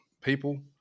people